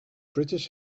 british